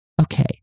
Okay